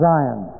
Zion